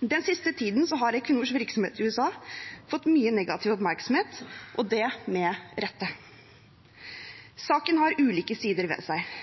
Den siste tiden har Equinors virksomhet i USA fått mye negativ oppmerksomhet – og det med rette. Saken har ulike sider ved seg.